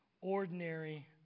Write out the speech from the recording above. ordinary